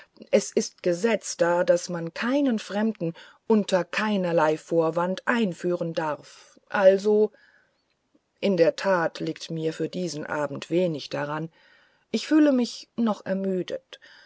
es ist gesetz da daß man keinen fremden unter keinerlei vorwand einführen darf also in der tat liegt mir für diesen abend wenig daran ich fühle mich noch ermüdet